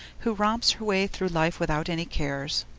who romps her way through life without any cares.